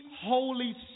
Holy